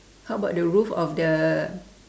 how about the roof of the